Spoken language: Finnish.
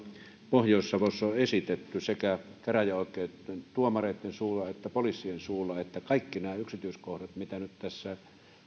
pohjois savossa on esitetty sekä käräjäoikeuksien tuomareitten suulla että poliisien suulla että kaikki nämä yksityiskohdat mitä nyt tässä